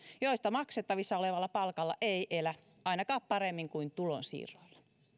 joista maksettavissa olevalla palkalla ei elä ainakaan paremmin kuin tulonsiirroilla